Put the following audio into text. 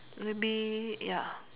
maybe ya